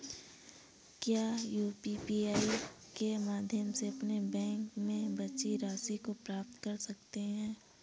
क्या यू.पी.आई के माध्यम से अपने बैंक में बची राशि को पता कर सकते हैं?